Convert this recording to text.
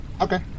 Okay